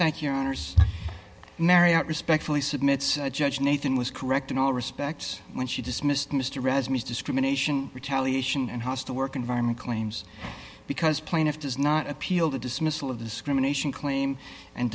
thank your honour's mary i respectfully submit judge nathan was correct in all respects when she dismissed mr resumes discrimination retaliation and hostile work environment claims because plaintiff does not appeal to dismissal of discrimination claim and